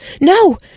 No